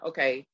Okay